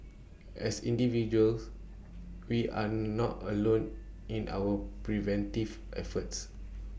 as individuals we are not alone in our preventive efforts